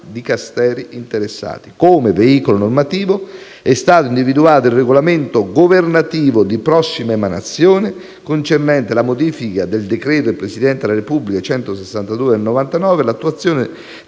Dicasteri interessati. Come veicolo normativo è stato individuato il regolamento governativo di prossima emanazione, concernente la modifica del decreto del Presidente della Repubblica n. 162 del 1999 per l'attuazione